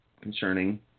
concerning